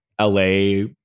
LA